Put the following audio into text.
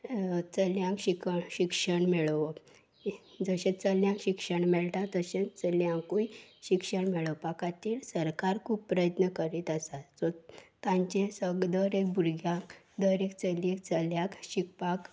चलयांक शिक्षण शिक्षण मेळोवप जशें चल्यांक शिक्षण मेळटा तशेंच चलयांकूय शिक्षण मेळोवपा खातीर सरकार खूब प्रयत्न करीत आसा सो तांचें सग दर एक भुरग्यांक दर एक चलयेक चल्याक शिकपाक